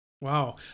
wow